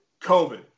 COVID